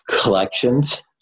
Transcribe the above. collections